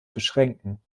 beschränken